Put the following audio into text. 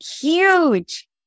Huge